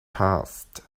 passed